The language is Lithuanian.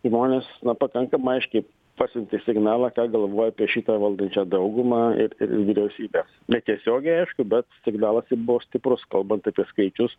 žmonės na pakankamai aiškiai pasiuntė signalą ką galvoja apie šitą valdančią daugumą ir vyriausybę netiesiogiai aišku bet signalas ir buvo stiprus kalbant apie skaičius